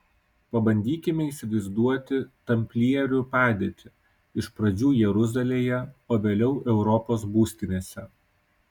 pabandykime įsivaizduoti tamplierių padėtį iš pradžių jeruzalėje o vėliau europos būstinėse